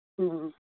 ᱦᱮᱸ